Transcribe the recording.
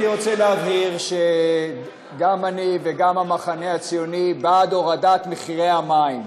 אני רוצה להבהיר שגם אני וגם המחנה הציוני בעד הורדת מחירי המים,